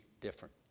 different